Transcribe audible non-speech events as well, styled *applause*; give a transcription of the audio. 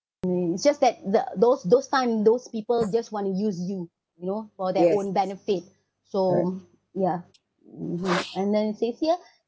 it's just that the those those time those people just want to use you know for their own benefit so yeah mmhmm and then says here *breath*